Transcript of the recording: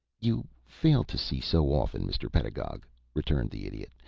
you fail to see so often, mr. pedagog, returned the idiot,